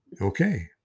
Okay